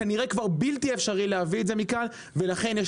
כנראה כבר בלתי אפשרי להביא את זה מכאן ולכן יש